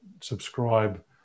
subscribe